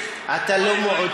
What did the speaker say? את מי?